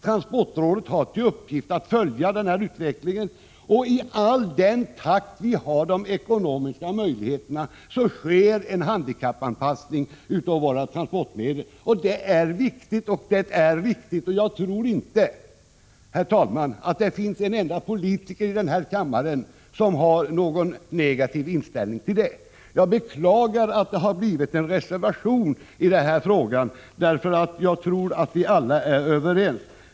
Transportrådet har till uppgift att följa denna utveckling, och det sker en handikappanpassning av våra transportmedel i den takt som vi har de ekonomiska möjligheterna. Det är viktigt, och jag tror inte, herr talman, att det finns en enda politiker i denna kammare som har en negativ inställning till detta. Jag beklagar att man har skrivit en reservation med anledning av denna fråga. Jag tror nämligen att vi alla är överens.